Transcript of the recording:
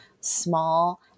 small